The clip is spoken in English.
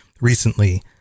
recently